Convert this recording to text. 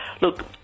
look